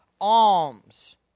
alms